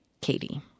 Katie